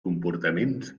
comportaments